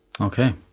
okay